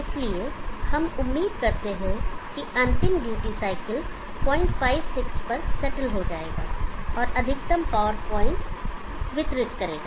इसलिए हम उम्मीद करते हैं कि अंतिम ड्यूटी साइकिल 056 पर सेटल हो जाएगा और अधिकतम पावर पॉइंट वितरित करेगा